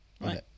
right